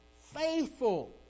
faithful